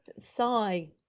sigh